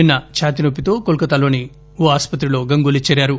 నిన్న చాతినొప్పితో కోల్కతాలోని ఓ ఆస్పత్రిలో గంగూళీ చేరారు